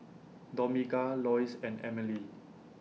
Dominga Lois and Emelie